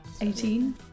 Eighteen